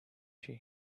she